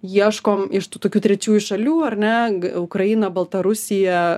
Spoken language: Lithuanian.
ieškom iš tų tokių trečiųjų šalių ar ne ukraina baltarusija